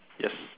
yes